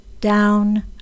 down